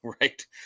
right